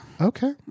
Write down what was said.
Okay